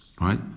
right